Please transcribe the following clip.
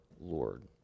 lord